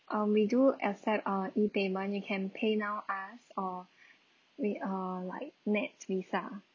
um we do accept err E payment you can pay now us or we err like NETS visa